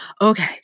Okay